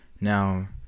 Now